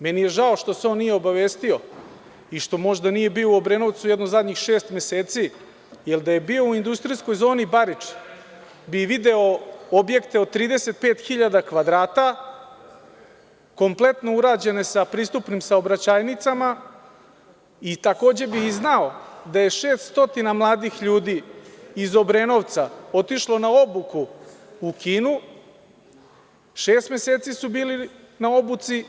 Meni je žao što se on nije obavestio i što možda nije bio u Obrenovcu jedno zadnjih šest meseci, jer da je bio u industrijskoj zoni Barič bi video objekte od 35.000 kvadrata, kompletno urađene sa pristupnim saobraćajnicama i takođe bi znao da je 600 mladih ljudi iz Obrenovca otišlo na obuku u Kinu, šest meseci su bili na obuci.